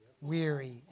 weary